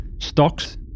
stocks